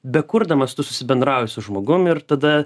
bekurdamas tu susibendrauji su žmogum ir tada